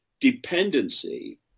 dependency